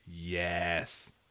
Yes